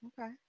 Okay